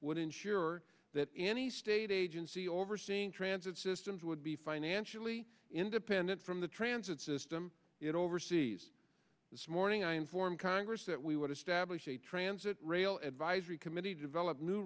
ensure that any state agency overseeing transit systems would be financially independent from the transit system it oversees this morning i inform congress that we would establish a transit rail advisory committee to develop new